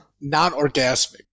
non-orgasmic